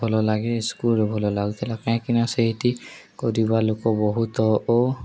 ଭଲ ଲାଗେ ସ୍କୁଲରେ ଭଲ ଲାଗୁଥିଲା କାହିଁକିନା ସେଇଠି କରିବା ଲୋକ ବହୁତ ଓ